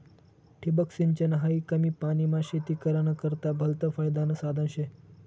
ठिबक सिंचन हायी कमी पानीमा शेती कराना करता भलतं फायदानं साधन शे